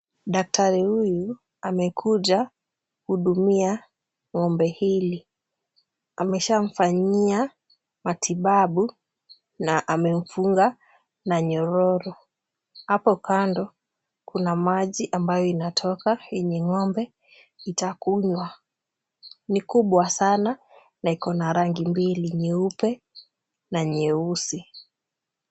Daktari huyu amekuja kuhudumia ng'ombe hili . Ameshamfanyia matibabu na amemfunga na nyororo. Hapo kando kuna maji ambayo inatoka yenye ng'ombe itakunywa, ni kubwa sana na iko na rangi mbili, nyeupe na nyeusi.